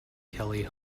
kelly